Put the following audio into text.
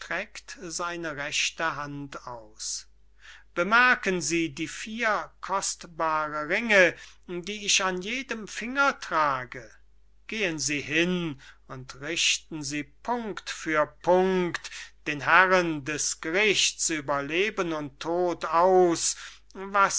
bemerken sie die vier kostbaren ringe die ich an jedem finger trage gehen sie hin und richten sie punkt für punkt den herren des gerichts über leben und tod aus was